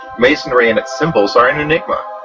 masonry and its symbols are an enigma,